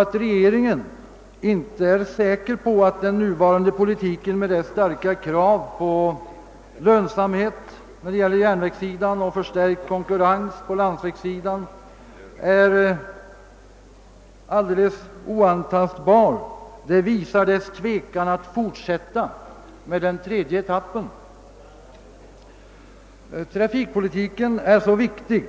Att regeringen inte är säker på att den nuvarande politiken med dess starka krav på lönsamhet vad beträffar järnvägssidan och förstärkt konkurrens på landsvägssidan är alldeles oantastbar visar dess tvekan att fortsätta med den tredje etappen. Trafikpolitiken är så viktig